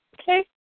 okay